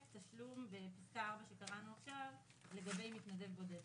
תשלום בפסקה (4) שקראנו עכשיו לגבי מתנדב בודד.